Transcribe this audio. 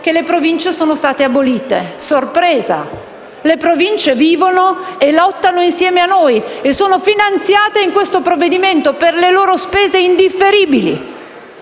che le Province sono state abolite. Sorpresa: le Province vivono e lottano insieme a noi e sono finanziate in questo provvedimento per le loro spese indifferibili.